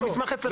המסמך אצלך?